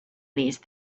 these